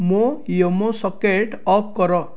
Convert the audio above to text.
ମୋ ୱେମୋ socket off କର